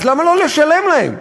אז למה לא לשלם להם?